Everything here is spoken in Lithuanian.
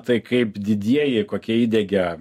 tai kaip didieji kokie įdiegia